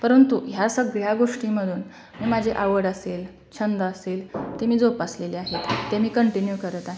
परंतु ह्या सगळ्या गोष्टीमधून मी माझी आवड असेल छंद असेल ते मी जोपासलेले आहे ते मी कंटिन्यू करत आहे